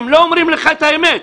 הם לא אומרים לך את האמת.